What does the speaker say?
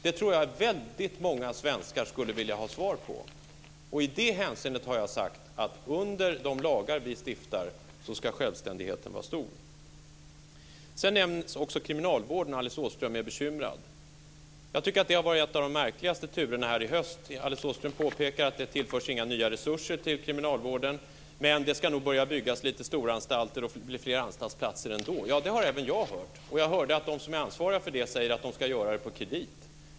Det tror jag att väldigt många svenskar skulle vilja ha svar på. I det hänseendet har jag sagt att självständigheten ska vara stor under de lagar som vi stiftar. Sedan nämns också kriminalvården. Alice Åström är bekymrad. Jag tycker att det har varit en av de märkligaste turerna här i höst. Alice Åström påpekar att det inte tillförs några nya resurser till kriminalvården, men det ska nog börja byggas storanstalter och bli fler anstaltsplatser ändå. Det har även jag hört, och jag har hört att de som är ansvariga för detta säger att de ska göra det på kredit.